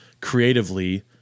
creatively